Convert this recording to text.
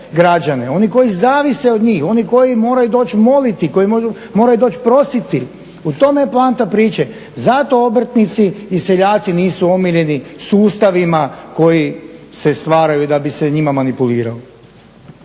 oni koji zavise od njih. Oni koji moraju doći moliti, koji moraju doći prositi. U tome je poanta priče. Zato obrtnici i seljaci nisu omiljeni sustavima koji se stvaraju da bi se njima manipuliralo.